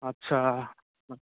আচ্ছা